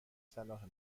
صلاح